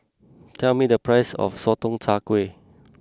tell me the price of Sotong Char Kway